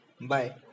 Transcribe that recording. bye